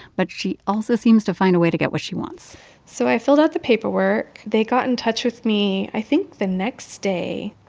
but she also seems to find a way to get what she wants so i filled out the paperwork. they got in touch with me, i think, the next day.